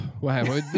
wow